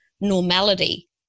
normality